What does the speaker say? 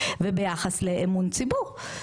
וביחס לאמון ציבור.